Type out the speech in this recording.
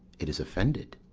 it is offended.